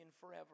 forever